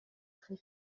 très